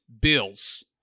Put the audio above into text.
bills